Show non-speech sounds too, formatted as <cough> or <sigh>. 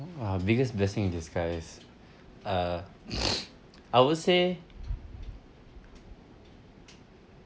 !wah! biggest blessing in disguise uh <noise> I would say